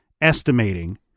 estimating